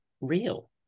real